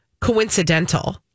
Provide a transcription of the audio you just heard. coincidental